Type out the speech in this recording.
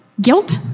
guilt